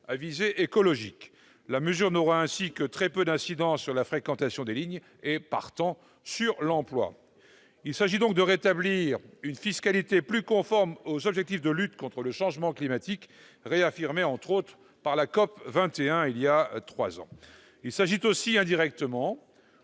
à visée écologique. La mesure n'aura par conséquent que très peu d'incidence sur la fréquentation des lignes et, partant, sur l'emploi. Il s'agit de rétablir une fiscalité plus conforme aux objectifs de lutte contre le changement climatique, réaffirmés entre autres lors de la COP21 il y a trois ans. Il s'agit aussi, indirectement,